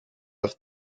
off